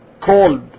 called